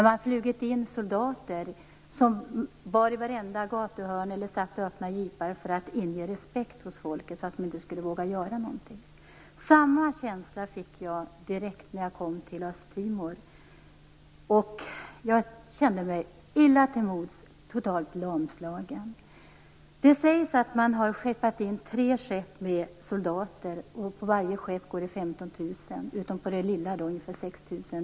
Man hade flugit in soldater, som fanns i varje gathörn och satt i öppna jeepar för att inge respekt hos folket så att de inte skulle våga göra någonting. Samma känsla fick jag direkt när jag kom till Östtimor. Jag kände mig illa till mods och totalt lamslagen. Det sägs att tre skepp har skeppat in soldater. På varje större skepp går det 15 000 man och på det lilla skeppet 6 000 man.